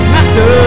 Master